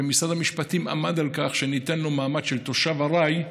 ומשרד המשפטים עמד על כך שניתן לו מעמד של תושב ארעי,